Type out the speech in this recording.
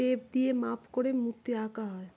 tape দিয়ে মাপ করে মূর্তি আঁকা হয়